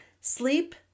sleep